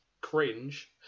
cringe